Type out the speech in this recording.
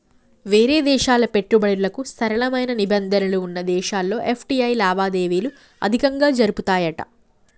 వేరే దేశాల పెట్టుబడులకు సరళమైన నిబంధనలు వున్న దేశాల్లో ఎఫ్.టి.ఐ లావాదేవీలు అధికంగా జరుపుతాయట